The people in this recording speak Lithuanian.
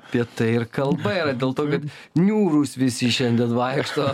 apie tai ir kalba yra dėl to kad niūrūs visi šiandien vaikšto